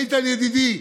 איתן, ידידי,